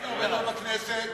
בכנסת